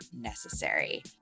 necessary